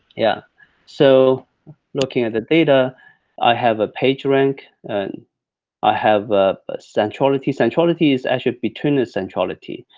yeah so looking at the data i have a page rank, and i have ah centrality, centrality is actually between the centrality,